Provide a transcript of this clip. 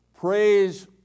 Praise